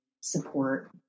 support